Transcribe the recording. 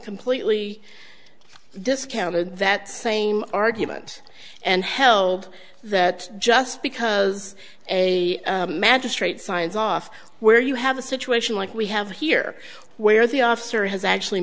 completely discounted that same argument and held that just because a magistrate signs off where you have a situation like we have here where the officer has actually